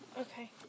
okay